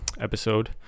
episode